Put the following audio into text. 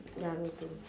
ya me too